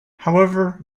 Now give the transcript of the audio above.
however